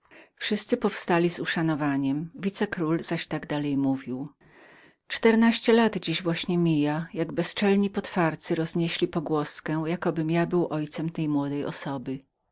wszyscy powstali z uszanowaniem wicekról tak dalej mówił czternaście lat dziś właśnie mija panowie jak bezczelni potwarcy roznieśli pogłoskę jakobym ja był ojcem tej młodej osoby